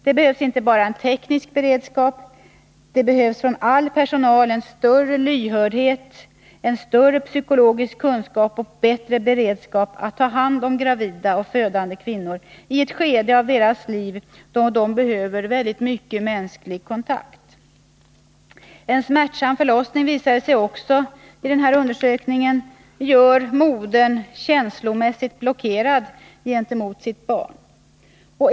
Det behövs inte bara teknisk beredskap — det behövs från all personal en större lyhördhet, psykologisk kunskap och bättre beredskap att ta hand om gravida och födande kvinnor i ett skede av deras liv då de behöver mycket mänsklig kontakt. En smärtsam förlossning, visar det sig också i denna undersökning, gör modern känslomässigt blockerad gentemot sitt barn.